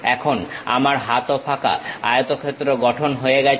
এখন আমার হাতও ফাঁকা আয়তক্ষেত্র গঠন হয়ে গেছে